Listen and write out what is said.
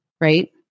right